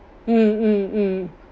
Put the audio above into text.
mm mm mm